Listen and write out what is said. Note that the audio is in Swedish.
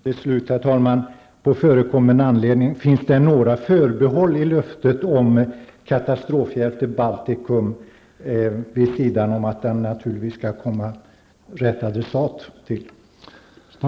Herr talman! På förekommen anledning vill jag fråga om det finns några förbehåll i löften om katastrofhjälp till Baltikum, vid sidan av att hjälpen naturligtvis skall komma rätt adressat till del?